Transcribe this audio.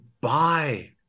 buy